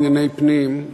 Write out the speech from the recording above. בענייני פנים,